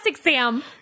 Sam